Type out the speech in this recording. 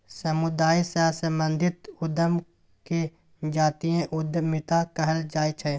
समुदाय सँ संबंधित उद्यम केँ जातीय उद्यमिता कहल जाइ छै